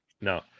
no